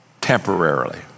temporarily